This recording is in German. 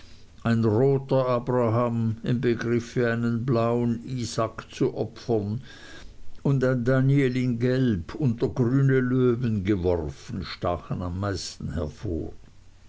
ein roter abraham im begriff einen blauen isaak zu opfern und ein daniel in gelb unter grüne löwen geworfen stachen am meisten hervor